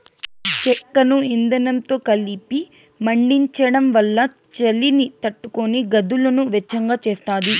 చెక్కను ఇందనంతో కలిపి మండించడం వల్ల చలిని తట్టుకొని గదులను వెచ్చగా చేస్తాది